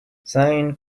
sine